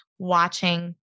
watching